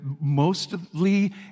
mostly